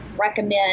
recommend